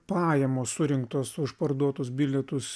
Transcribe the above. pajamos surinktos už parduotus bilietus